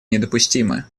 недопустимы